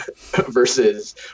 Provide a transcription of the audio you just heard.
versus